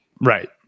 right